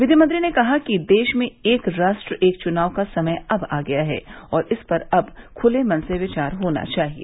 विवि मंत्री ने कहा कि देश में एक राष्ट्र एक चुनाव का समय अब आ गया है और इस पर अब खुले मन से विचार होना चाहिए